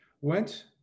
went